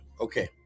Okay